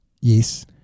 Yes